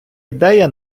ідея